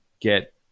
get